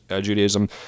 Judaism